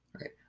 right